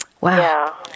Wow